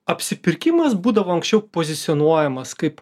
apsipirkimas būdavo anksčiau pozicionuojamas kaip